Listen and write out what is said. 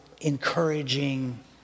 encouraging